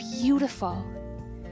beautiful